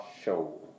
Show